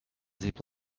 zip